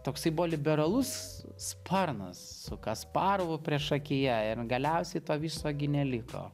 toksai buvo liberalus sparnas su kasparovu priešakyje ir galiausiai to viso gi neliko